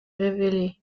révélée